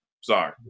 Sorry